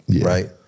right